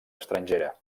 estrangera